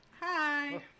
Hi